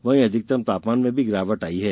वहीं अधिकतम तापमान में भी गिरावट आई है